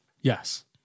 Yes